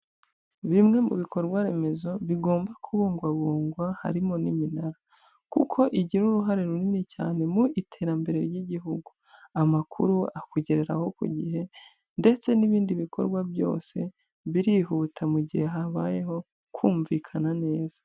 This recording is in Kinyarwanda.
Bimwe mu bikorwa remezo bigomba kubungwabungwa harimo n'iminara, kuko igira uruhare runini cyane mu iterambere ry'igihugu, amakuru akugereho ku gihe ndetse n'ibindi bikorwa byose birihuta mu gihe habayeho kumvikana neza.